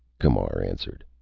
camar answered.